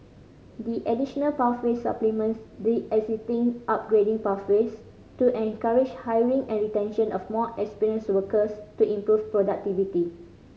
the additional pathway supplements the existing upgrading pathways to encourage hiring and retention of more experienced workers to improve productivity